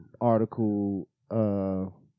article-